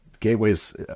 Gateways